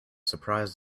surprised